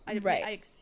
Right